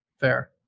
Fair